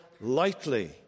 lightly